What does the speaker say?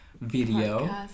video